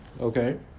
Okay